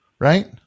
Right